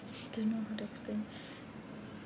don't know how to explain